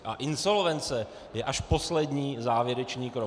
A insolvence je až poslední závěrečný krok.